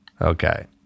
Okay